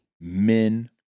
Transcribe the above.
Men